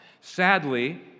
Sadly